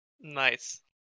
Nice